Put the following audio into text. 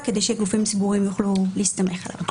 כדי שגופים ציבוריים יוכלו להסתמך עליה.